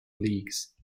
leagues